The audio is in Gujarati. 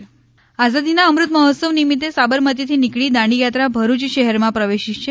દાંડીયાત્રા આઝાદીના અમૃત મહોત્સવ નિમિત્તે સાબરમતીથી નીકળી દાંડીયાત્રા ભરૂચ શહેરમાં પ્રવેશી છે